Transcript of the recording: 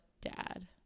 dad